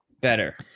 Better